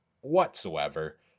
whatsoever